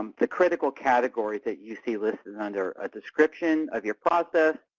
um the critical categories that you see listed under a description of your process,